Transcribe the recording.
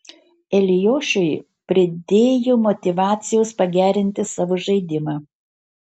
eliošiui pridėjo motyvacijos pagerinti savo žaidimą